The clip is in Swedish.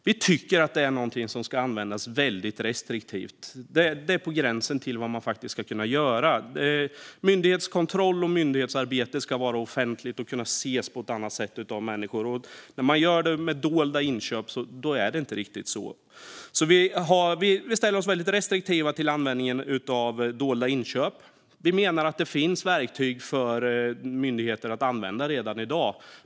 Vi tycker att det är någonting som ska användas väldigt restriktivt. Det är på gränsen till vad man faktiskt ska kunna göra. Myndighetskontroll och myndighetsarbete ska ske offentligt och kunna ses av människor. När man gör det med dolda inköp är det inte riktigt så. Vi ställer oss väldigt restriktiva till användning av dolda inköp. Vi menar att det finns verktyg för myndigheter att använda redan i dag.